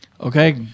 Okay